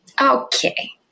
Okay